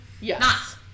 Yes